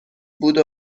بود